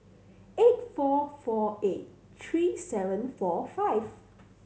eight four four eight three seven four five